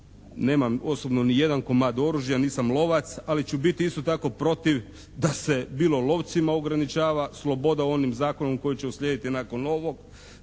Nemam osobno nijedan komad oružja, nisam lovac ali ću biti isto tako protiv da se bilo lovcima ograničava onim zakonom koji će uslijediti nakon ovog.